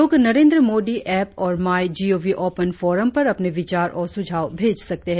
लोग नरेन्द्र मोदी ऎप और my GOV open forum पर अपने विचार और सुझाव भेज सकते हैं